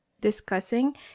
discussing